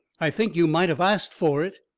i think you might have asked for it,